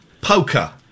poker